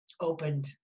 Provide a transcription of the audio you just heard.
opened